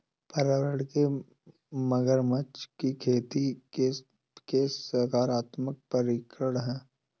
पर्यावरण में मगरमच्छ की खेती के सकारात्मक परिणाम क्या हैं?